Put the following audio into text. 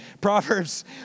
Proverbs